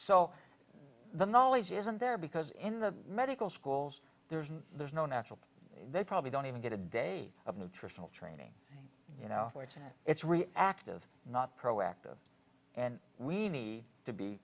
so the knowledge isn't there because in the medical schools there's there's no natural they probably don't even get a day of nutritional training you know fortunately it's really active not proactive and we need to be